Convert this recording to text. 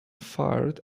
fired